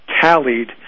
tallied